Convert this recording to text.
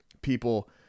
people